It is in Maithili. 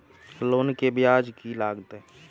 लोन के ब्याज की लागते?